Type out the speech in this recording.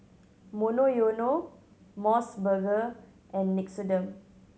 Monoyono Mos Burger and Nixoderm